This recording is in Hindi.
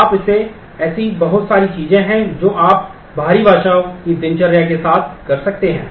और ऐसी बहुत सारी चीजें हैं जो आप बाहरी भाषा की दिनचर्या के साथ कर सकते हैं